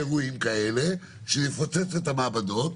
לאירועים כאלה, שיפוצץ את המעבדות.